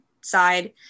side